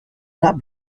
not